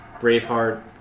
Braveheart